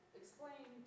explain